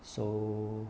so oo